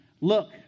Look